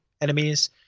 enemies